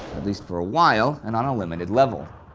least for a while and on a limited level.